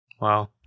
Wow